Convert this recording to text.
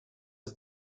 eus